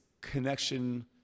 connection